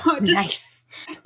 Nice